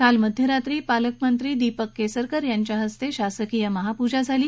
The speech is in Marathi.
काल मध्यरात्री पालकमंत्री दीपक केसरकर यांच्या हस्ते शासकीय पूजा झाली